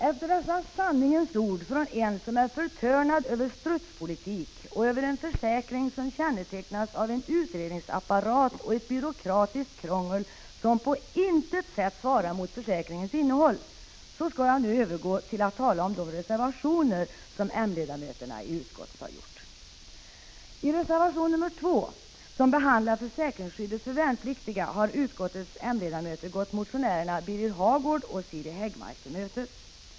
Efter dessa sanningens ord från en som är förtörnad över strutspolitik och över en försäkring som kännetecknas av en utredningsapparat och ett byråkratiskt krångel som på intet sätt svarar mot försäkringens innehåll, skall jag övergå till att tala om de reservationer som m-ledamöterna i utskottet har lämnat. I reservation nr 2, som handlar om försäkringsskyddet för värnpliktiga, har utskottets m-ledamöter gått motionärerna Birger Hagård och Siri Häggmark till mötes.